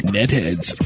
Netheads